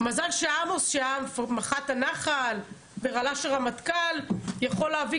מזל שעמוס שהיה מח"ט הנח"ל ורל"ש הרמטכ"ל יכול להביא